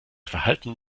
verhalten